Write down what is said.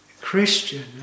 Christian